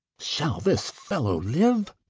shall this fellow live?